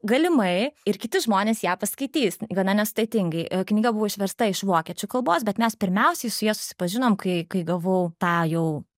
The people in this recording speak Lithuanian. galimai ir kiti žmonės ją paskaitys gana nesudėtingai knyga buvo išversta iš vokiečių kalbos bet mes pirmiausiai su ja susipažinom kai kai gavau tą jau